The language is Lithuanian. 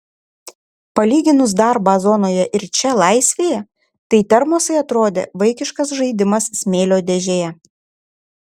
palyginus darbą zonoje ir čia laisvėje tai termosai atrodė vaikiškas žaidimas smėlio dėžėje